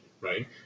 right